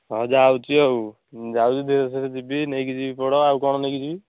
ହଁ ଯାଉଛି ଆଉ ହଁ ଯାଉଛି ଧୀରେ ଧୀରେ ଯିବି ନେଇକି ଯିବି ପୋଡ଼ ଆଉ କ'ଣ ନେଇକି ଯିବ